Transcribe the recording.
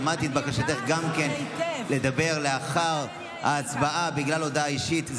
שמעתי גם את בקשתך לדבר לאחר ההצבעה בגלל הודעה אישית.